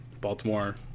Baltimore